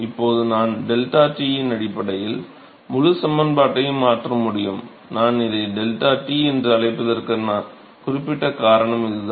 இப்போது நான் ΔT இன் அடிப்படையில் முழு சமன்பாட்டையும் மாற்ற முடியும் நான் இதை ΔT என்று அழைப்பதற்கான குறிப்பிட்ட காரணம் இதுதான்